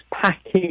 packing